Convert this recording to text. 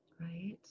Right